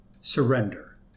Surrender